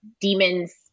demons